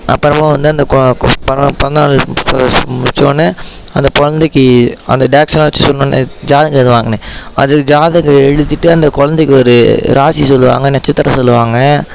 அப்புறமாக வந்து அந்த பிறந்த நாள் முடித்த உடனே அந்த கொழந்தைக்கு அந்த டாக்ஸ்லாம் சொன்னோடனே ஜாதகம் எழுதுவாங்கன்னு அது ஜாதகம் எழுதிவிட்டு அந்த குழந்தைக்கு ஒரு ராசி சொல்வாங்க நட்சத்திரம் சொல்வாங்க